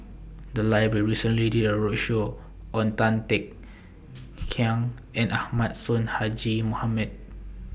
The Library recently did A roadshow on Tan Kek Hiang and Ahmad Sonhadji Mohamad